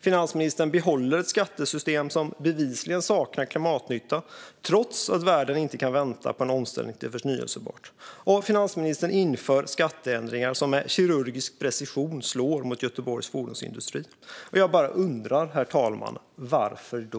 Finansministern behåller ett skattesystem som bevisligen saknar klimatnytta trots att världen inte kan vänta på en omställning till förnybart. Finansministern inför skatteändringar som med kirurgisk precision slår mot Göteborgs fordonsindustri. Jag bara undrar, herr talman: Varför då?